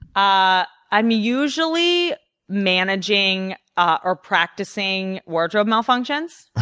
ah i'm usually managing ah or practicing wardrobe malfunctions.